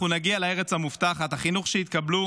אנחנו נגיע לארץ המובטחת, החינוך שתקבלו